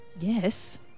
Yes